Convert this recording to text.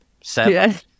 seven